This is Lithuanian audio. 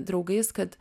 draugais kad